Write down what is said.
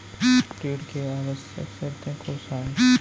ऋण के आवश्यक शर्तें कोस आय?